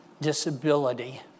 disability